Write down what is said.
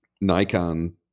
Nikon